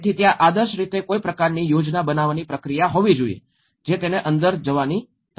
તેથી ત્યાં આદર્શ રીતે કોઈ પ્રકારની યોજના બનાવવાની પ્રક્રિયા હોવી જોઈએ જે તેને અંદર જવાની રહેશે